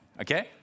okay